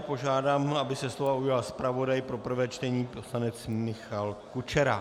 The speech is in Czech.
Požádám, aby se slova ujal zpravodaj pro prvé čtení poslanec Michal Kučera.